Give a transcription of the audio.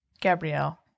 Gabrielle